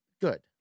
good